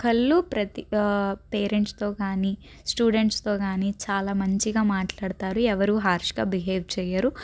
ఒక్కళ్ళు ప్రతి పేరెంట్స్తో కానీ స్టూడెంట్స్తో కానీ చాలా మంచిగా మాట్లాడుతారు ఎవరూ హార్ష్గా బిహేవ్ చేయరు